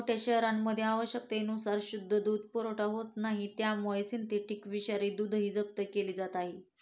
मोठ्या शहरांमध्ये आवश्यकतेनुसार शुद्ध दूध पुरवठा होत नाही त्यामुळे सिंथेटिक विषारी दूधही जप्त केले जात आहे